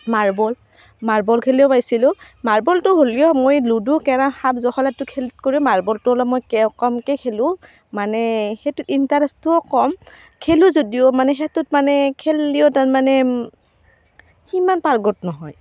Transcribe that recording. marble marble খেলিও পাইছিলোঁ মাৰ্বলটো হ'লেও মই লুডু কেৰম সাপ জখলাটো খেলত কৰি মাৰ্বলটো অলপ মই কেও কমকৈ খেলোঁ মানে সেইটো ইণ্টাৰেষ্টটোও কম খেলোঁ যদিও মানে সেইটোত মানে খেলিও তাৰমানে সিমান পাৰ্গত নহয়